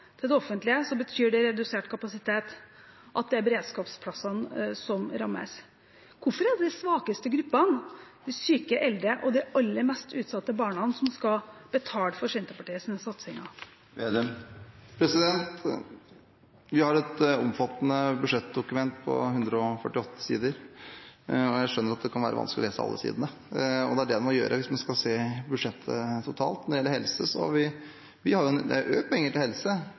til det offentlige, betyr det redusert kapasitet, og at det er beredskapsplassene som rammes. Hvorfor er det de svakeste gruppene – de syke, de eldre og de aller mest utsatte barna – som skal betale for Senterpartiets satsinger? Vi har et omfattende budsjettdokument på 148 sider. Jeg skjønner at det kan være vanskelig å lese alle sidene, og det er det man må gjøre hvis man skal se budsjettet totalt. Når det gjelder helse, har vi økt pengene til helse, men vi har gått inn med en mindre andel til